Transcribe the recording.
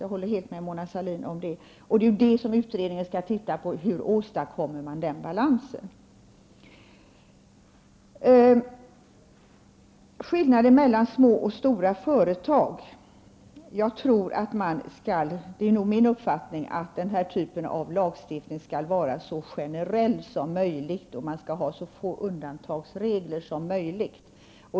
Jag håller helt med Mona Sahlin om det. Utredningen skall också studera hur man åstadkommer den balansen. Mona Sahlin talar om skillnader mellan små och stora företag. Det är min uppfattning att denna typ av lagstiftning skall vara så generell som möjligt. Man skall ha så få undantagsregler som möjligt.